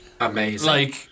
Amazing